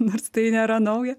nors tai nėra nauja